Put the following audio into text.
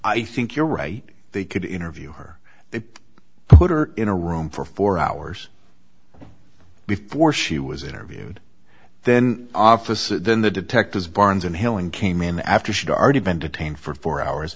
i think you're right they could interview her they put her in a room for four hours before she was interviewed then officer then the detectives barnes and helen came in after she'd already been detained for four hours